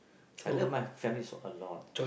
I love my family so a lot